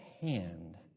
hand